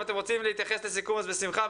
אם אתם רוצים להתייחס לסיכום אז בשמחה,